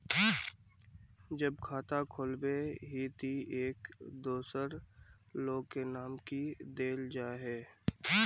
जब खाता खोलबे ही टी एक दोसर लोग के नाम की देल जाए है?